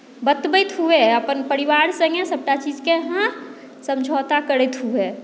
बतबैत हुअए अपन परिवार सङ्गे सभटा चीजके अहाँ समझौता करैत हुअए